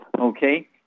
Okay